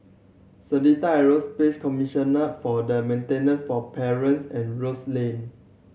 Seletar Aerospace Commissioner for the Maintenance for Parents and Rose Lane